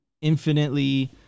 infinitely